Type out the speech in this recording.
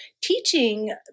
teaching